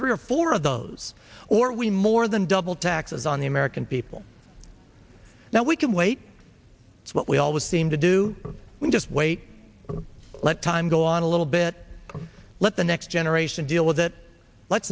three or four of those or we more than doubled taxes on the american people now we can wait what we always seem to do we just wait let time go on a little bit let the next generation deal with it l